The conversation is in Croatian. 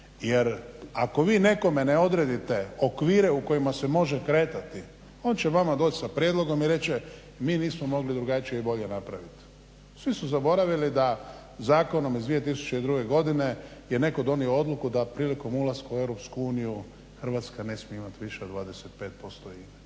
Jer ako vi nekome ne odredite okvire u kojima se može kretati on će vama doć sa prijedlogom i reći će mi nismo mogli drugačije i bolje napravit. Svi su zaboravili da zakonom iz 2002. godine je netko donio odluku, da prilikom ulaska u EU Hrvatska ne smije imati više od 25%